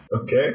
Okay